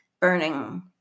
burning